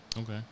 Okay